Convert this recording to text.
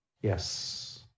yes